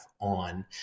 on